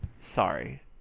sorry